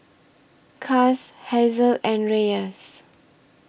Cas Hazelle and Reyes